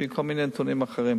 בכל מיני נתונים אחרים.